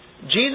Jesus